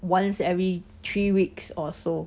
once every three weeks or so